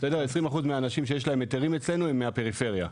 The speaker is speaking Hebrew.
20% מהאנשים שיש להם היתרים אצלנו הם מהפריפריה,